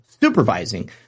supervising